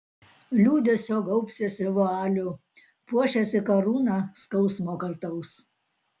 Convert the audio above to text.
liūdesio gaubsiesi vualiu puošiesi karūna skausmo kartaus